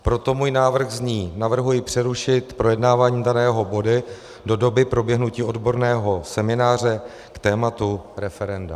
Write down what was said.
Proto můj návrh zní: Navrhuji přerušit projednávání daného bodu do doby proběhnutí odborného semináře k tématu referenda.